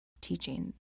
teaching